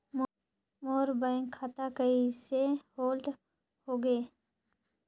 मोर bank खाता कइसे hold होगे?